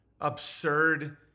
absurd